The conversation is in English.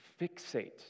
fixate